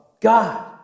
God